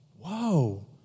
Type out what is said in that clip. whoa